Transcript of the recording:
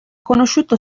conosciuto